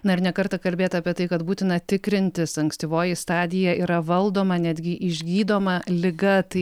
na ir ne kartą kalbėta apie tai kad būtina tikrintis ankstyvoji stadija yra valdoma netgi išgydoma liga tai